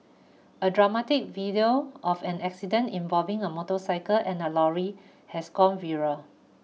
a dramatic video of an accident involving a motorcycle and a lorry has gone viral